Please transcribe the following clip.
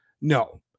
no